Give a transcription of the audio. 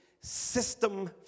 system